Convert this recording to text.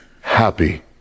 happy